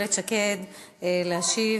איילת שקד להשיב.